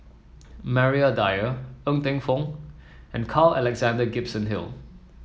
Maria Dyer Ng Teng Fong and Carl Alexander Gibson Hill